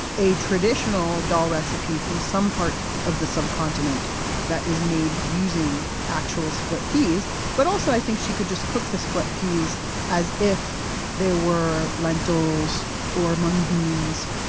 a traditional dal recipe from some part of the subcontinent that is made using actual split peas. but also, i think she could just cook the split peas as if they were lentils or mung beans.